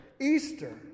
Easter